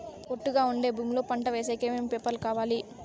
ఒట్టుగా ఉండే భూమి లో పంట వేసేకి ఏమేమి పేపర్లు కావాలి?